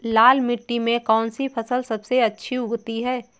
लाल मिट्टी में कौन सी फसल सबसे अच्छी उगती है?